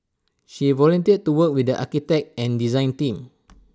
she volunteered to work with the architect and design team